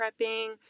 prepping